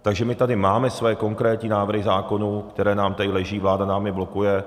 Takže my tady máme své konkrétní návrhy zákonů, které nám tady leží, vláda nám je blokuje.